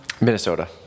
Minnesota